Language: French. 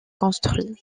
construit